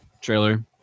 trailer